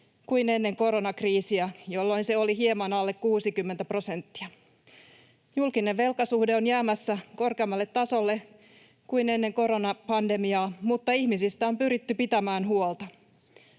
kuin ennen koronakriisiä, jolloin se oli hieman alle 60 prosenttia. Julkinen velkasuhde on jäämässä korkeammalle tasolle kuin ennen koronapandemiaa, mutta ihmisistä on pyritty pitämään huolta.